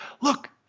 look